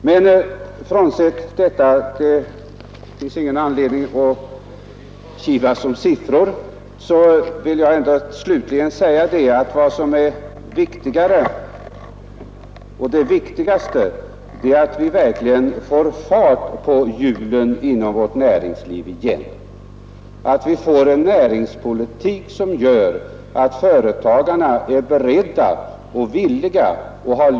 Men frånsett detta — det finns ingen anledning att kivas om siffror — jag vill ändå slutligen säga att det viktigaste är att vi verkligen får fart på hjulen inom vårt näringsliv igen, att vi får en näringspolitik som gör att företagarna är beredda och villiga att satsa.